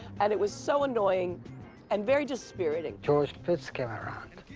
and it was so annoying and very dispiriting. george spitz came around,